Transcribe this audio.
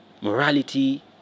morality